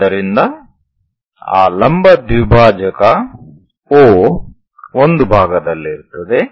ಆದ್ದರಿಂದ ಆ ಲಂಬ ದ್ವಿಭಾಜಕ O ಒಂದು ಭಾಗದಲ್ಲಿರುತ್ತದೆ